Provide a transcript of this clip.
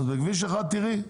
אז בכביש 1 תראי.